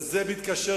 וזה מתקשר,